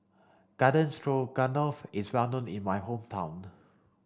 Garden Stroganoff is well known in my hometown